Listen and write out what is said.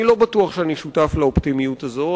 אני לא בטוח שאני שותף לאופטימיות הזאת.